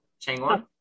Changwon